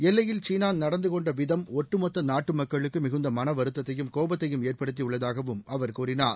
எல்லையில் சீனா நடந்து கொண்ட விதம் ஒட்டுமொத்த நாட்டு மக்களுக்கு மிகுந்த மனவருத்தத்தையும் கோபத்தையும் ஏற்படுத்தியுள்ளதாகவும் அவர் கூறினார்